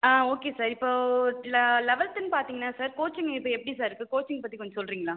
ஆ okay sir இப்போ ஆ ல லவல்த்துனு பார்த்திங்கன்னா சார் கோச்சிங் இப்போ எப்படி சார் இருக்குது கோச்சிங் பற்றி கொஞ்சம் சொல்கிறிங்களா